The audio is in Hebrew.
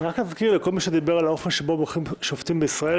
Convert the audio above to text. רק אזכיר לכל מי שדיבר על האופן שבו בוחרים שופטים בישראל,